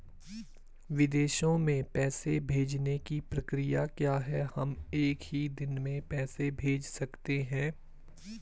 विदेशों में पैसे भेजने की प्रक्रिया क्या है हम एक ही दिन में पैसे भेज सकते हैं?